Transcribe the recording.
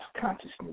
consciousness